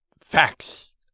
facts